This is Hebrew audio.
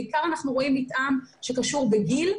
בעיקר אנחנו רואים מתאם שקשור בגיל,